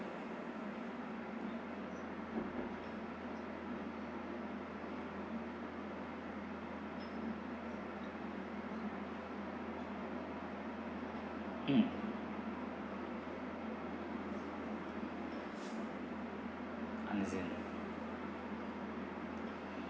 mm understand